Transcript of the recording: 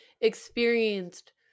experienced